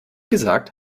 gesagt